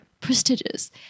prestigious